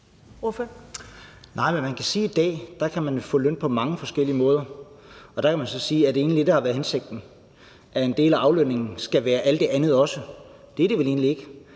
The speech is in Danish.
og der kan man jo så spørge, om det egentlig har været hensigten, at en del af aflønningen også skal være alt det andet. Det er det vel egentlig ikke,